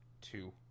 two